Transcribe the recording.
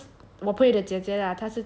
我朋友的姐姐 lah 她是叫